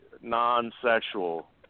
non-sexual